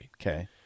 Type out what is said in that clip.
Okay